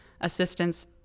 assistance